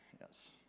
yes